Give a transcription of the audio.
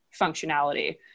functionality